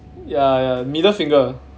ya ya middle finger